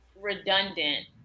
redundant